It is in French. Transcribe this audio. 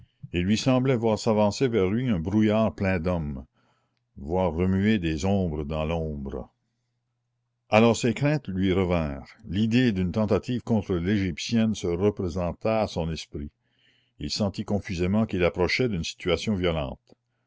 il lui semblait voir s'avancer vers lui un brouillard plein d'hommes voir remuer des ombres dans l'ombre alors ses craintes lui revinrent l'idée d'une tentative contre l'égyptienne se représenta à son esprit il sentit confusément qu'il approchait d'une situation violente